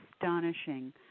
astonishing